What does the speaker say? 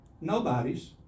nobodies